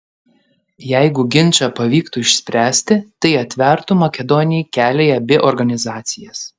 jeigu ginčą pavyktų išspręsti tai atvertų makedonijai kelią į abi organizacijas